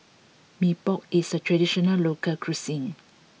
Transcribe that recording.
Mee Pok is a traditional local cuisine